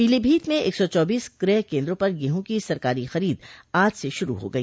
पीलीभीत में एक सौ चौबीस क्रय केन्द्रों पर गेहूँ की सरकारी खरीद आज से शुरू हो गई